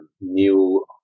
new